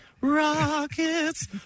Rockets